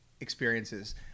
experiences